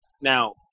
Now